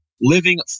living